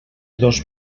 dos